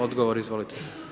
Odgovor izvolite.